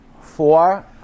four